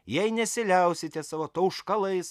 jei nesiliausite savo tauškalais